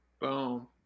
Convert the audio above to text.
Boom